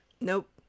Nope